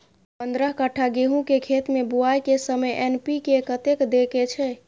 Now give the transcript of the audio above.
पंद्रह कट्ठा गेहूं के खेत मे बुआई के समय एन.पी.के कतेक दे के छे?